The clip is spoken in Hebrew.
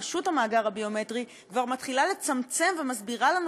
הרשות למאגר הביומטרי כבר מתחילה לצמצם ומסבירה לנו